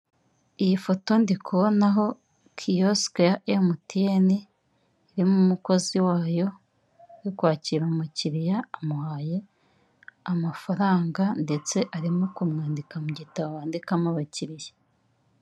Iyi foto ndikubonaho kiyosiki ya emutiyeni irimo umukozi wayo urimo kwakira umukiriya amuhaye amafaranga ndetse arimo kumwandika mu gitabo bandikamo abakiriya.